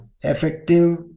effective